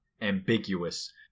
ambiguous